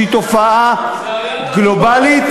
שהיא תופעה גלובלית,